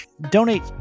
donate